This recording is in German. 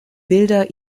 bilder